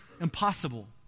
impossible